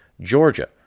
Georgia